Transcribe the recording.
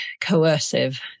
coercive